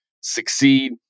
succeed